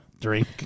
Drink